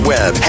Web